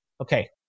Okay